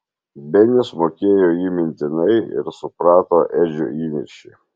benis mokėjo jį mintinai ir suprato edžio įniršį